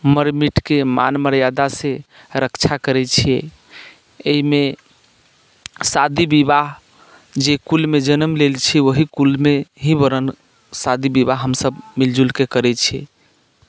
मरि मिटिके मान मर्यादासँ रक्षा करैत छियै एहिमे शादी विवाह जाहि कुलमे जन्म लेने छियै ओही कुलमे ही वरण शादी विवाह हमसभ मिलि जुलिके करैत छियै